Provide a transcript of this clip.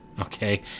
okay